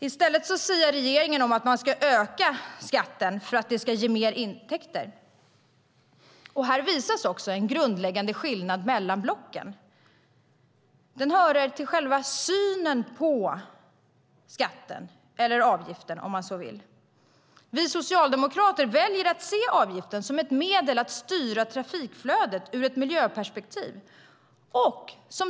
I stället siar regeringen om att den ska öka skatten för att det ska ge mer intäkter. Här visas också en grundläggande skillnad mellan blocken. Den härrör till själva synen på skatten, eller avgiften om man så vill. Vi socialdemokrater väljer att se avgiften som ett medel för att styra trafikflödet ur ett miljöperspektiv.